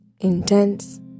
Intense